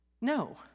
No